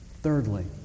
Thirdly